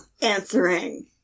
answering